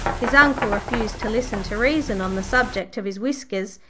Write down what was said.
his uncle refused to listen to reason on the subject of his whiskers.